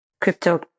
crypto